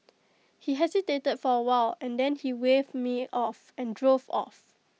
he hesitated for A while and then he waved me off and drove off